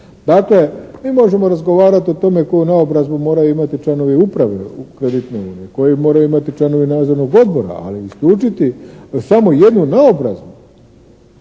Dakle, mi možemo razgovarat o tome koju naobrazbu moraju imati članovi uprave kreditne unije, koju moraju imati članovi nadzornog odbora ali isključiti samo jednu naobrazbu,